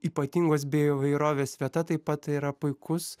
ypatingos bei įvairovės vieta taip pat yra puikus